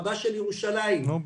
רבה של ירושלים -- נו,